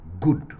good